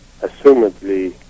assumedly